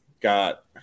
got